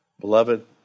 Beloved